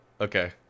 Okay